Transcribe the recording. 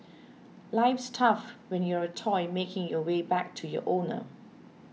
life's tough when you're a toy making your way back to your owner